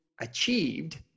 achieved